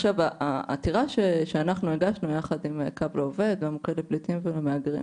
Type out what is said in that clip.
העתירה שאנחנו הגשנו יחד עם 'קו לעובד' והמוקד לפליטים ומהגרים